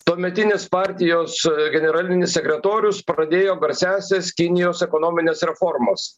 tuometinis partijos generalinis sekretorius pradėjo garsiąsias kinijos ekonomines reformas